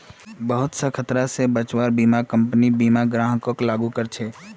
बहुत स खतरा स बचव्वार बीमा कम्पनी बीमा ग्राहकक लागू कर छेक